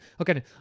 Okay